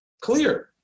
clear